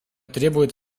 требует